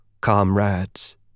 comrades